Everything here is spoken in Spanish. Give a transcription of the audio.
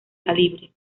calibre